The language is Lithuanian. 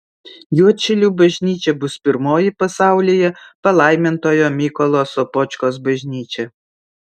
juodšilių bažnyčia bus pirmoji pasaulyje palaimintojo mykolo sopočkos bažnyčia